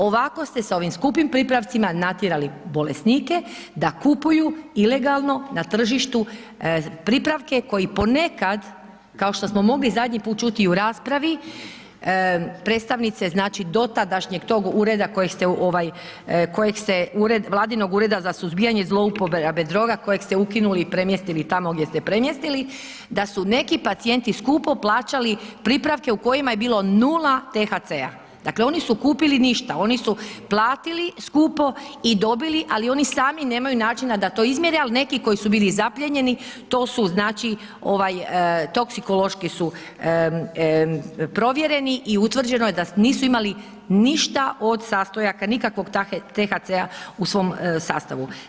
Ovako ste s ovim skupim pripravcima natjerali bolesnike da kupuju ilegalno na tržištu pripravke koji ponekad, kao što smo mogli i zadnji put čuti i u raspravi, predstavnice, znači, dotadašnjeg tog ureda kojeg ste ovaj, kojeg ste ured, vladinog ureda za suzbijanje zlouporabe droga kojeg ste ukinuli i premjestili tamo gdje ste premjestili, da su neki pacijenti skupo plaćali pripravke u kojima je bilo nula THC-a, dakle, oni su kupili ništa, oni su platili skupo i dobili, ali oni sami nemaju načina da to izmjere, ali neki koji su bili zaplijenjeni, to su, znači, toksikološki su provjereni i utvrđeno je da nisu imali ništa od sastojaka, nikakvog THC-a u svom sastavu.